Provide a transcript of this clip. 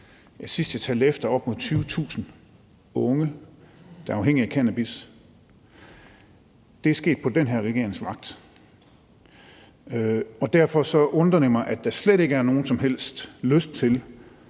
var, sidst jeg talte efter, op imod 20.000 unge, der er afhængige af cannabis, og det er sket på den her regerings vagt. Derfor undrer det mig, at der slet ikke er nogen som helst lyst til